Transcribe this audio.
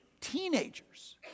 teenagers